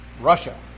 Russia